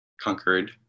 conquered